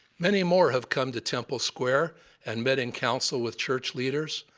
many more have come to temple square and met in counsel with church leaders.